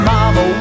Mama